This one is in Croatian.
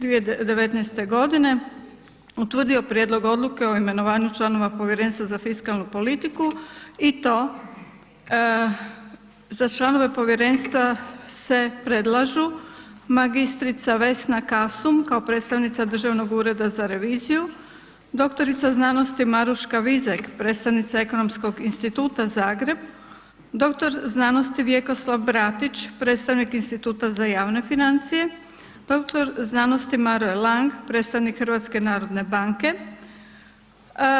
2019. g. utvrdio prijedlog odluke o imenovanju članova Povjerenstva za fiskalnu politiku i to za članove povjerenstva se predlažu: mag. Vesna Kasum, kao predstavnica Državnog ureda za reviziju, dr.sc. Maruška Vizek, predstavnica Ekonomskog instituta Zagreb, dr.sc. Vjekoslav Bratić, predstavnik Instituta za javne financije, dr.sc. Maroje Lang, predstavnik HNB-a.